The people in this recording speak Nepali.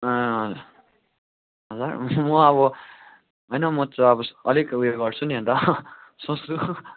ए हजुर म अब होइन म चाहिँ अब अलिक उयो गर्छु नि अन्त सोच्छु